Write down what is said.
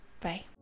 Bye